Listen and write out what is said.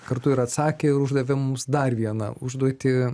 kartu ir atsakė ir uždavė mums dar vieną užduotį